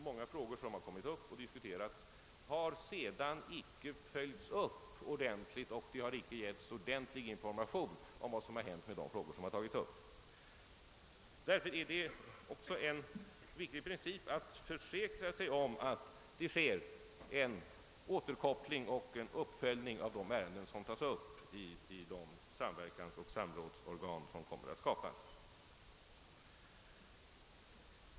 Många frågor som tagits upp och diskuterats har icke följts upp ordentligt, och det har inte lämnats ordentlig information om vad som hänt i fortsättningen. Därför är det också en viktig princip att försäkra sig om att det sker en återkoppling och en uppföljning av de ärenden som tas upp i de samverkansoch samrådsorgan som kommer att skapas.